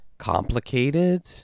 complicated